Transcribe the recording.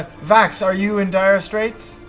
vax, are you in dire straits?